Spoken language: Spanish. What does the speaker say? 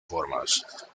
formas